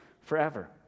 forever